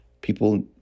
people